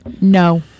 No